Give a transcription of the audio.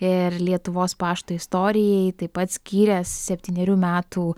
ir lietuvos pašto istorijai taip pat skyręs septynerių metų